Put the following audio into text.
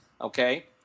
Okay